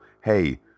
hey